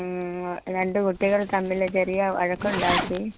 മ് രണ്ട് കുട്ടികൾ തമ്മിൽ ചെറിയ വഴക്കുണ്ടാക്കി